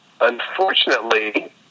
unfortunately